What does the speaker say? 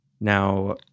Now